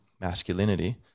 masculinity